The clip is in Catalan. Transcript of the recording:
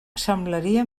semblaria